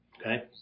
Okay